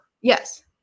Yes